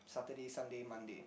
Saturday Sunday Monday